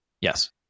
Yes